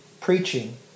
preaching